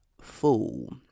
fool